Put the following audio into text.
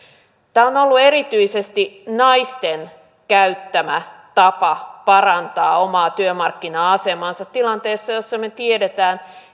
tämä on ollut erityisesti naisten käyttämä tapa parantaa omaa työmarkkina asemaansa tilanteessa jossa me tiedämme